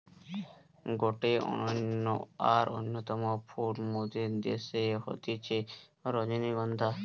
গটে অনন্য আর অন্যতম ফুল মোদের দ্যাশে হতিছে রজনীগন্ধা